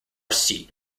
seat